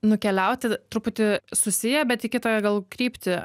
nukeliauti truputį susiję bet į kitą gal kryptį